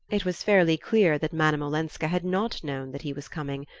it was fairly clear that madame olenska had not known that he was coming,